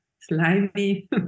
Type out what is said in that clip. slimy